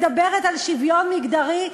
מדברת על שוויון מגדרי,